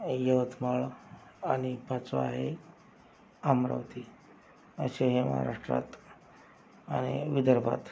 यवतमाळ आणि पाचवा आहे अमरावती असे हे महाराष्ट्रात आणि विदर्भात